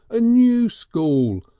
a new school!